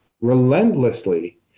relentlessly